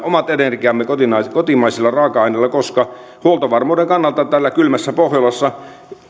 omat energiamme kotimaisilla raaka aineilla koska huoltovarmuuden kannalta täällä kylmässä pohjolassa